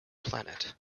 planet